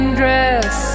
dress